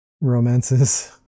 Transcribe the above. romances